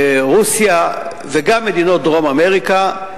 רוסיה וגם מדינות דרום-אמריקה,